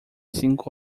cinco